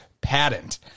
patent